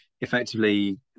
effectively